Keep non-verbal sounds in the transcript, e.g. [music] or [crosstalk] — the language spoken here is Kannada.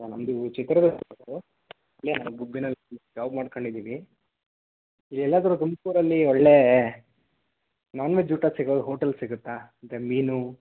ನಮ್ದು ಚಿತ್ರದುರ್ಗದವ್ರು ಇಲ್ಲೆ ನಾನು ಗುಬ್ಬಿನಲ್ಲಿ [unintelligible] ಜಾಬ್ ಮಾಡ್ಕೊಂಡಿದ್ದೀನಿ ಇಲ್ಲಿ ಎಲ್ಲಾದರು ತುಮಕೂರಲ್ಲಿ ಒಳ್ಳೆಯ ನಾನ್ ವೆಜ್ ಊಟ ಸಿಗೋ ಹೋಟಲ್ ಸಿಗುತ್ತಾ ಅಂದರೆ ಮೀನು